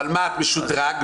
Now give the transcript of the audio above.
אבל מה"ט משודרג,